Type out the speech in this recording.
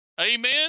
Amen